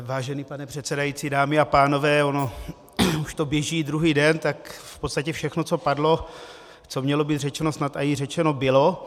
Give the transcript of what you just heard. Vážený pane předsedající, dámy a pánové, ono už to běží druhý den, tak v podstatě všechno, co padlo, co mělo být řečeno, snad i řečeno bylo.